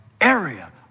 area